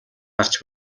гарч